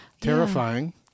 Terrifying